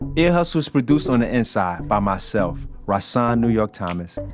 ear hustle's produced on the inside by myself, rahsaan new york thomas,